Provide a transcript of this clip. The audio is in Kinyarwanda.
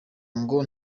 ngo